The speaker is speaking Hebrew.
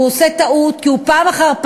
את רוצה, אני אגיד לך מה אני רוצה,